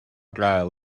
gael